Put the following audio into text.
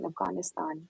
afghanistan